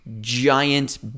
giant